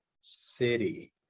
City